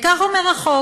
כך אומר החוק: